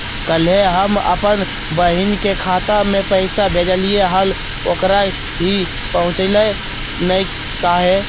कल्हे हम अपन बहिन के खाता में पैसा भेजलिए हल, ओकरा ही पहुँचलई नई काहे?